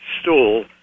stool